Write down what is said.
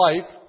life